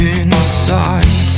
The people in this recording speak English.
inside